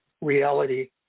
reality